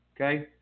Okay